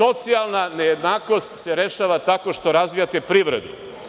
Socijalna nejednakost se rešava tako što razvijate privredu.